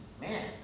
man